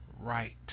right